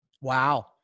wow